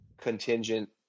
contingent